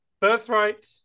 Birthright